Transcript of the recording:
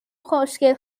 خوشگل